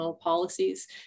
policies